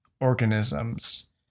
organisms